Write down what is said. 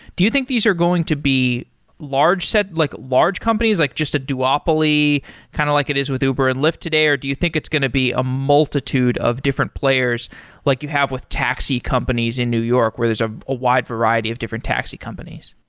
do you think these are going to be large set, like large companies, like just a duopoly kind of like it is with uber and lyft today, or do you think it's going to be a multitude of different players like you have with taxi companies in new york where there's ah a wide variety of different taxi companies?